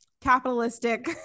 capitalistic